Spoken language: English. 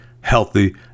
healthy